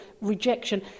rejection